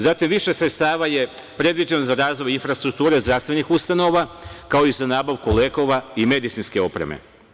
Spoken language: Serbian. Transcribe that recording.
Znatno više sredstava je predviđeno za razvoj infrastrukture zdravstvenih ustanova, kao i za nabavku lekova i medicinske opreme.